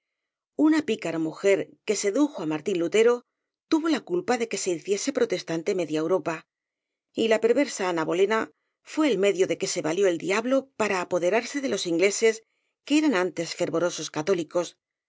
una picara mujer que sedujo á martín lutero tuvo la culpa de que se hiciese protestante media europa y la per versa ana bolena fué el medio de que se valió el diablo para apoderarse de los ingleses que eran antes fervorosos católicos la